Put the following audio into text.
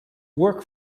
work